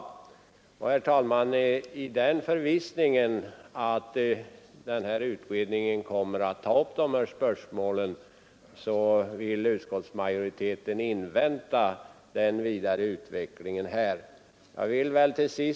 I förvissningen att utredningen kommer att ta upp de här spörsmålen vill utskottsmajoriteten invänta den vidare utvecklingen härvidlag.